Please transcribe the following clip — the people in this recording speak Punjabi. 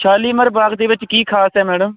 ਸ਼ਾਲੀਮਾਰ ਬਾਗ ਦੇ ਵਿੱਚ ਕੀ ਖਾਸ ਹੈ ਮੈਡਮ